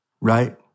right